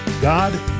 God